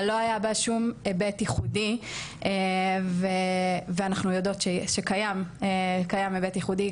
אבל לא היה בה שום היבט ייחודי ואנחנו יודעות שקיים היבט ייחודי,